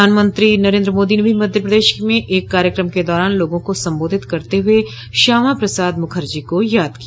प्रधानमंत्री नरेन्द्र मोदी ने भी मध्य प्रदेश में एक कार्यक्रम के दौरान लोगों को संबोधित करते हुए श्यामा प्रसाद मुखर्जी को याद किया